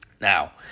Now